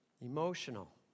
emotional